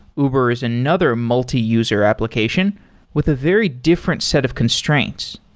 uber is another multiuser application with a very different set of constraints.